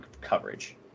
coverage